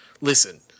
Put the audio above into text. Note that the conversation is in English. Listen